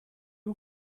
you